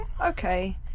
Okay